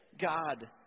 God